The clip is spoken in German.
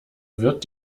wird